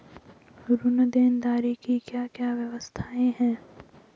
ऋण देनदारी की क्या क्या व्यवस्थाएँ हैं?